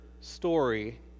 story